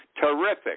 Terrific